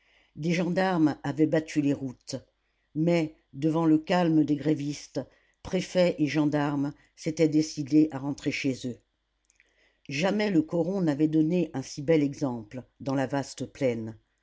des gendarmes avaient battu les routes mais devant le calme des grévistes préfet et gendarmes s'étaient décidés à rentrer chez eux jamais le coron n'avait donné un si bel exemple dans la vaste plaine